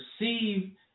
receive